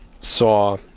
saw